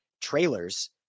trailers